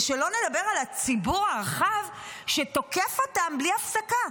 ושלא נדבר על הציבור הרחב שתוקף אותם בלי הפסקה.